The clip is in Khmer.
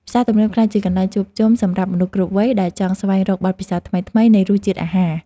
ផ្សារទំនើបបានក្លាយជាកន្លែងជួបជុំសម្រាប់មនុស្សគ្រប់វ័យដែលចង់ស្វែងរកបទពិសោធន៍ថ្មីៗនៃរសជាតិអាហារ។